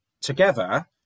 together